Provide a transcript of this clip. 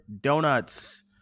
Donuts